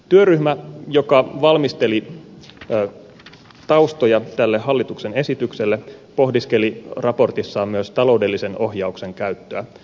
työryhmä joka valmisteli taustoja tälle hallituksen esitykselle pohdiskeli raportissaan myös taloudellisen ohjauksen käyttöä